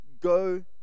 go